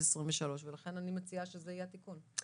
שנת 2023. לכן אני מציעה שזה יהיה התיקון.